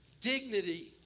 Dignity